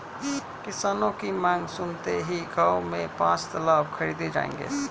किसानों की मांग सुनते हुए गांव में पांच तलाब खुदाऐ जाएंगे